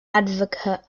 advocate